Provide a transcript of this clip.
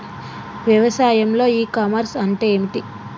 వ్యవసాయంలో e commerce అంటే ఏమిటి?